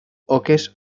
oques